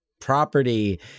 property